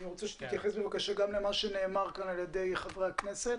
אני רוצה שתתייחס בבקשה גם למה שנאמר כאן על ידי חברי הכנסת